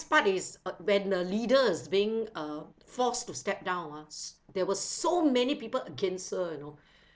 part is uh when the leader's being uh forced to step down ah s~ there were so many people against her you know